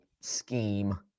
Scheme